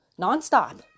nonstop